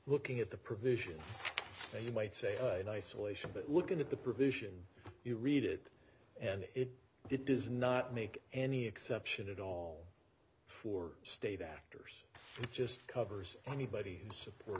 looking at the provisions now you might say oh nice solution but looking at the provision you read it and it does not make any exception at all for state actors just covers anybody who support